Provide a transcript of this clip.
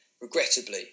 regrettably